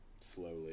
slowly